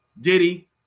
Diddy